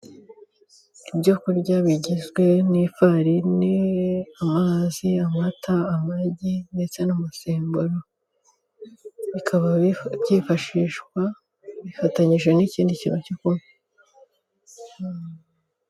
Ibyo kurya bigizwe n'ifarini, amazi, amata, amagi ndetse n'umusemburo, bikaba byifashishwa bifatanyije n'ikindi kintu cyo kunywa.